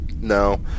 No